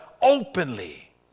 openly